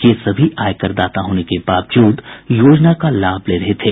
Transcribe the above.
ये सभी आयकर दाता होने के बावजूद योजना का लाभ ले रहे थे